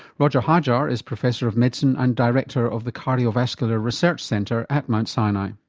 roger hajar is professor of medicine and director of the cardiovascular research centre at mount sinai.